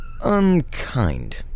Unkind